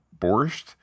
borscht